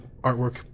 artwork